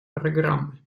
программы